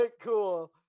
cool